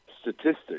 statistics